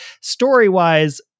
story-wise